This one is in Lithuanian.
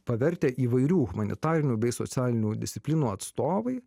pavertę įvairių humanitarinių bei socialinių disciplinų atstovai